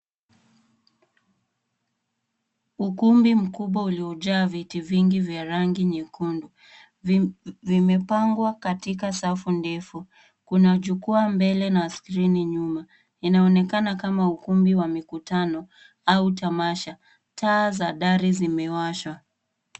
Ukumbi mkubwa uliojaa viti vingi vya rangi nyekundu vimepangwa katika safu ndefu. Kuna jukwaa mbele na skirini nyuma. Inaonekana kama ukumbi wa mkutano au tamasha. Taa za dari zimewashwa.